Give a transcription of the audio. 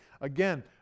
again